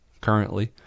currently